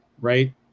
right